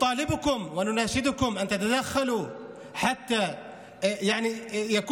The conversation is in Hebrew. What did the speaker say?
אנחנו דורשים מכם וקוראים לכם להתערב כדי שלאב